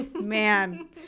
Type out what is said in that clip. Man